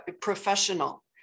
professional